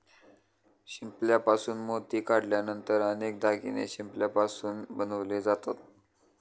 शिंपल्यापासून मोती काढल्यानंतर अनेक दागिने शिंपल्यापासून बनवले जातात